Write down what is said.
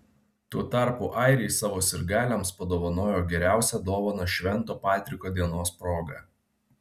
tuo tarpu airiai savo sirgaliams padovanojo geriausią dovaną švento patriko dienos proga